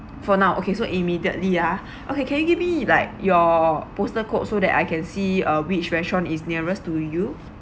for now okay so immediately ah okay can you give me like your postal code so that I can see uh which restaurant is nearest to you